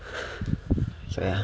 so ya